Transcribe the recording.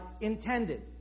intended